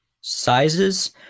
sizes